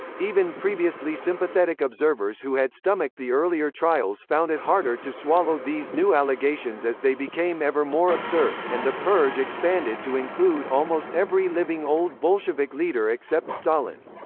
even previously sympathetic observers who had stomached the earlier trials found it harder to swallow these new allegations as they became ever more absurd, and the purge expanded to include almost every living old bolshevik leader except stalin.